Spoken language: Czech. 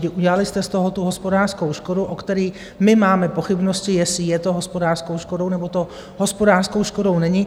Udělali jste z toho tu hospodářskou škodu, o které my máme pochybnosti, jestli je to hospodářskou škodou, nebo to hospodářskou škodou není.